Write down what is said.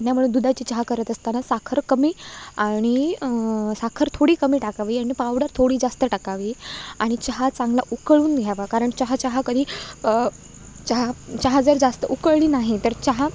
त्यामुळं दुधाची चहा करत असताना साखर कमी आणि साखर थोडी कमी टाकावी आणि पावडर थोडी जास्त टाकावी आणि चहा चांगला उकळून घ्यावा कारण चहा चहा कधी चहा चहा जर जास्त उकळली नाही तर चहा